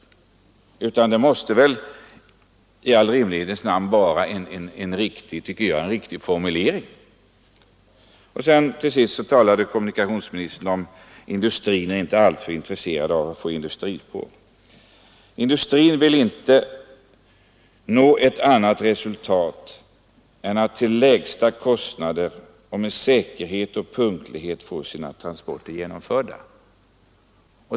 Detta måste väl i rimlighetens namn vara en riktig formulering. Sedan talade kommunikationsministern om att industrin inte är alltför intresserad av att få industrispår. Industrin vill inte nå något annat resultat än att till lägsta kostnader och med säkerhet och punktlighet få sina transporter genomförda.